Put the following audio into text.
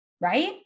right